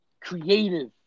creative